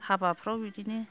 हाबाफ्राव बिदिनो